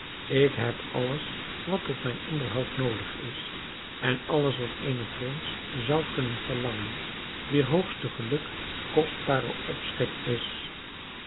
ik heb alles wat tot mijn onderhoud noodig is en alles wat eene prinses zou kunnen verlangen wier hoogste geluk kostbare opschik is